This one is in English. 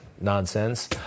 nonsense